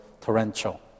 torrential